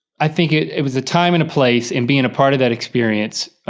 i think it was a time and a place, and being a part of that experience